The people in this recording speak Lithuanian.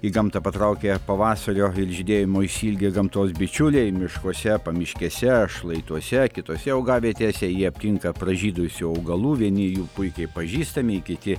į gamtą patraukę pavasario ir žydėjimo išsiilgę gamtos bičiuliai miškuose pamiškėse šlaituose kitose augavietėse jie aptinka pražydusių augalų vieni jų puikiai pažįstami kiti